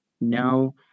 no